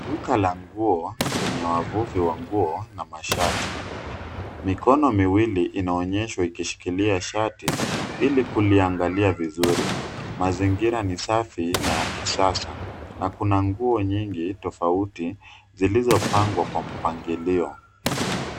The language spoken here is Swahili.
Duka la nguo lenye wavuvi wa nguo na mashati, mikono miwili inaonyeshwa ikishikilia shati ili, kuliangalia vizuri. Mazingira ni safi na ya kisasa na kuna nguo nyingi tofauti zilizopangwa kwa mpangilio.